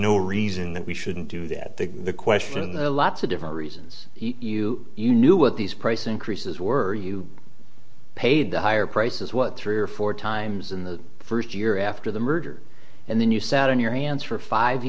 no reason that we shouldn't do that the question in the lots of different reasons you you knew what these price increases were you paid the higher prices what three or four times in the first year after the merger and then you sat on your hands for five